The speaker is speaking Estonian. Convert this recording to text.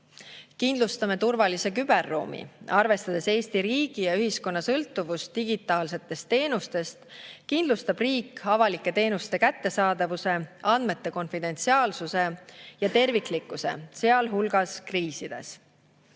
Kindlustame turvalise küberruumi. Arvestades Eesti riigi ja ühiskonna sõltuvust digitaalsetest teenustest, kindlustab riik avalike teenuste kättesaadavuse, andmete konfidentsiaalsuse ja terviklikkuse, sealhulgas kriisides.